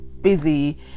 busy